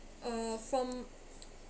uh from